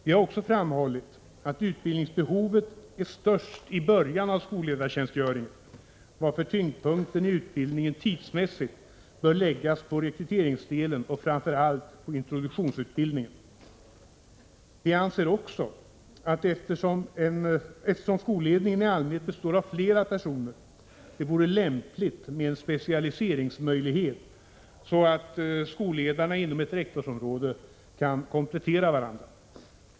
Vi har också framhållit att utbildningsbehovet är störst i början av skolledartjänstgöringen, varför tyngdpunkten i utbildningen tidsmässigt bör läggas på rekryteringsdelen och framför allt på introduktionsutbildningen. Vi anser också att det, eftersom skolledningen i allmänhet består av flera personer, vore lämpligt med en specialiseringsmöjlighet, så att skolledarna inom ett rektorsområde kan komplettera varandra.